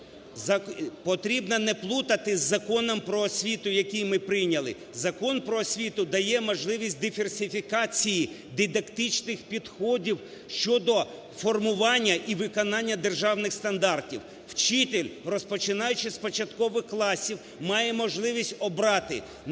Потрібно не плутати з Законом про освіту, який ми прийняли. Закон про освіту дає можливість диверсифікації дидактичних підходів щодо формування і виконання державних стандартів. Вчитель, розпочинаючи з початкових класів, має можливість обрати, наприклад,